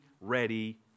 ready